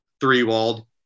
Three-walled